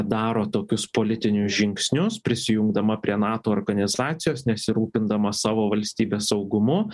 daro tokius politinius žingsnius prisijungdama prie nato organizacijos nesirūpindama savo valstybės saugumu